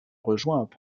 rejoint